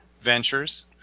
ventures